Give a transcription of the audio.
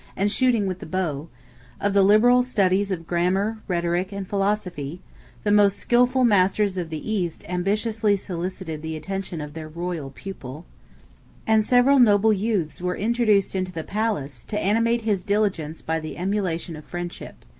and shooting with the bow of the liberal studies of grammar, rhetoric, and philosophy the most skilful masters of the east ambitiously solicited the attention of their royal pupil and several noble youths were introduced into the palace, to animate his diligence by the emulation of friendship.